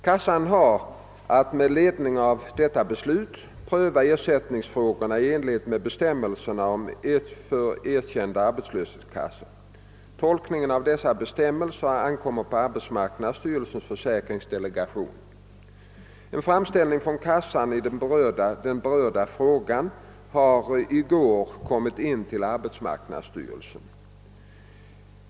Kassan har att med ledning av detta beslut pröva ersättningsfrågorna i enlighet med bestämmelserna om erkända arbetslöshetskassor. Tolkningen av dessa bestämmelser ankommer på arbetsmarknadsstyrelsens försäkringsdelegation. En framställning från kassan i den berörda frågan har den 30 januari kommit in till arbetsmarknadsstyrelsen.